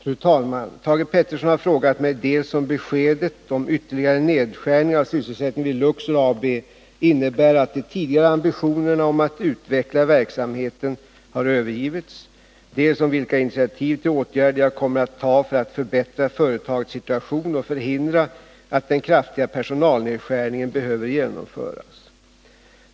Fru talman! Thage Peterson har frågat mig, dels om beskedet om ytterligare nedskärning av sysselsättningen vid Luxor AB innebär att de tidigare ambitionerna om att utveckla verksamheten har övergivits, dels om vilka initiativ till åtgärder jag kommer att ta för att förbättra företagets situation och förhindra att den kraftiga personalnedskärningen behöver genomföras.